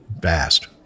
Vast